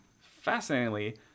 fascinatingly